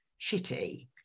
shitty